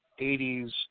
80s